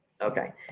Okay